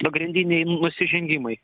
pagrindiniai nusižengimai